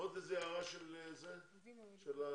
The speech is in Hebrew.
עוד הערה של חברי הכנסת?